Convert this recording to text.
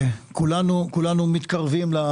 כולנו מתקרבים לעניין.